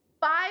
five